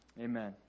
amen